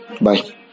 Bye